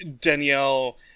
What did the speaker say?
Danielle